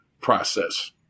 process